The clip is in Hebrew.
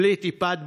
בלי טיפת בושה.